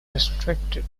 restricted